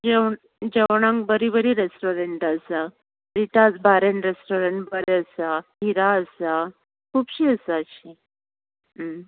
जेवणांक बरी बरी रेस्टोरंट आसा रिटाज बार एंड रेस्टोरंट बरें आसा हिरा आसा खूबशीं आसा अशीं